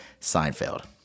seinfeld